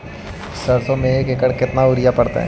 सरसों में एक एकड़ मे केतना युरिया पड़तै?